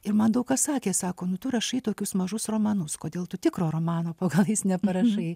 ir man daug kas sakė sako nu tu rašai tokius mažus romanus kodėl tu tikro romano po galais neparašai